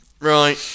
Right